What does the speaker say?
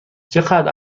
چقدر